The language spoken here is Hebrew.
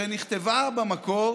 שנכתבה במקור